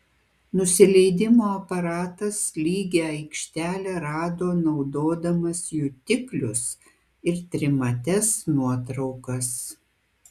nusileidimo aparatas lygią aikštelę rado naudodamas jutiklius ir trimates nuotraukas